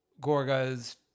Gorga's